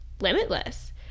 limitless